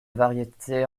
variété